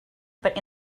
but